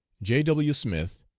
j. w. smith,